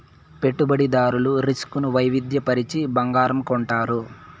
పెట్టుబడిదారులు రిస్క్ ను వైవిధ్య పరచి బంగారం కొంటారు